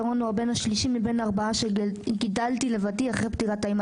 ורון הוא הבן השלישי מבין הארבעה שגידלתי לבדי אחרי פטירת האימא.